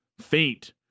fate